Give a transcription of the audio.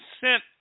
sent